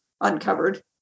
uncovered